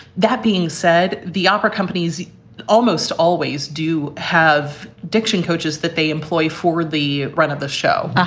that being said, the opera companies almost always do have diction coaches that they employ for the run of the show. ah